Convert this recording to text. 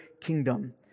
kingdom